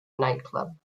nightclub